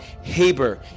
HABER